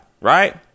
right